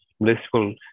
blissful